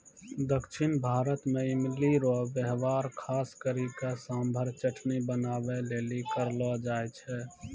दक्षिण भारत मे इमली रो वेहवार खास करी के सांभर चटनी बनाबै लेली करलो जाय छै